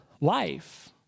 life